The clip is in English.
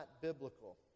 biblical